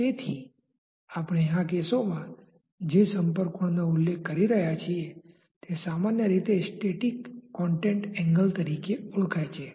તેથી આપણે આ કેસોમાં જે સંપર્ક કોણ નો ઉલ્લેખ કરી રહ્યા છીએ તે સામાન્ય રીતે સ્ટેટિક કોન્ટેક્ટ એન્ગલ તરીકે ઓળખાય છે